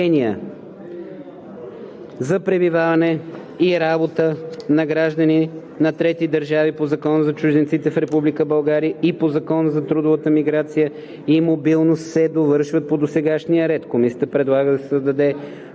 за пребиваване и работа на граждани на трети държави по Закона за чужденците в Република България и по Закона за трудовата миграция и трудовата мобилност се довършват по досегашния ред.“ Комисията предлага да се създаде